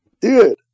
Dude